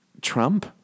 Trump